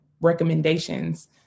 recommendations